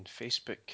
Facebook